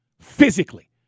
physically